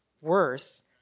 Worse